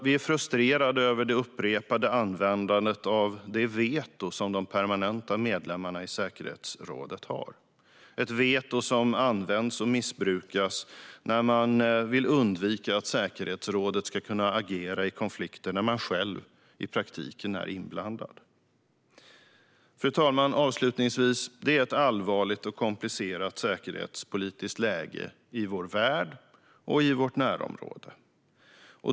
Vi är frustrerade över det upprepade användandet av det veto som de permanenta medlemmarna i säkerhetsrådet har, ett veto som används och missbrukas när man vill undvika att säkerhetsrådet ska kunna agera i konflikter där man själv i praktiken är inblandad. Fru talman! Avslutningsvis råder det ett allvarligt och komplicerat säkerhetspolitiskt läge i vår värld och vårt närområde.